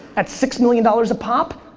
at six million dollars a pop,